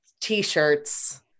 T-shirts